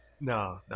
No